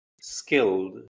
skilled